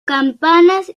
campanas